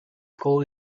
school